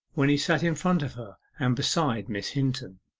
when he sat in front of her, and beside miss hinton.